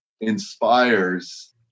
inspires